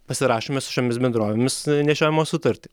pasirašėme su šiomis bendrovėmis nešiojimo sutartį